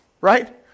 Right